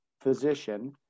physician